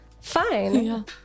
Fine